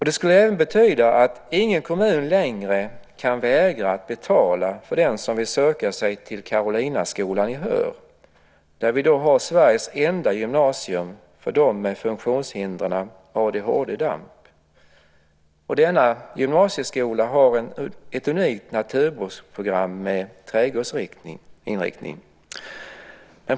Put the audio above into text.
Det skulle även betyda att ingen kommun längre kan vägra att betala för den som vill söka sig till Karolinaskolan i Höör. Där finns Sveriges enda gymnasium för dem med funktionshindren ADHD och DAMP. Denna gymnasieskola har ett unikt naturbruksprogram med trädgårdsinriktning.